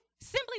simply